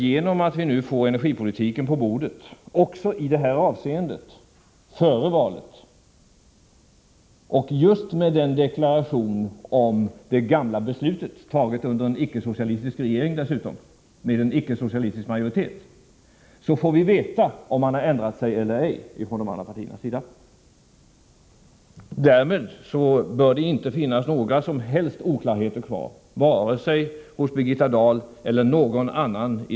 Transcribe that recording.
Genom att energipolitiken också i det här avseendet nu kommer på bordet före valet, med en deklaration om det gamla beslutet, fattat under en icke-socialistisk regering och med en icke-socialistisk majoritet, får vi för det andra veta om de andra partierna har ändrat sig eller ej. Därmed bör det inte finnas några som helst oklarheter kvar i sakfrågan, varken hos Birgitta Dahl eller hos någon annan.